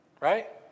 right